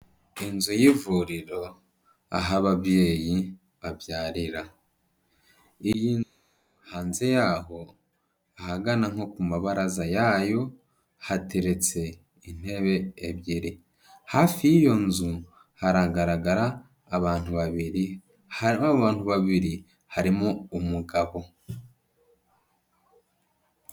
Inzu y'ivuriro, aho ababyeyi babyarira. Iyi nzu, hanze yaho, ahagana nko ku mabaraza yayo, hateretse intebe ebyiri. Hafi y'iyo nzu haragaragara abantu babiri. Ahari abantu babiri, harimo umugabo.